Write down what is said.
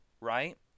right